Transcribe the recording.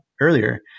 earlier